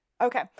Okay